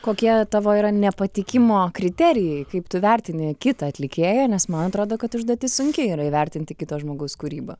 kokie tavo yra nepatikimo kriterijai kaip tu vertini kitą atlikėją nes man atrodo kad užduotis sunki yra įvertinti kito žmogaus kūrybą